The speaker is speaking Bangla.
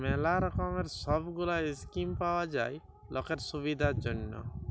ম্যালা রকমের সব গুলা স্কিম পাওয়া যায় লকের সুবিধার জনহ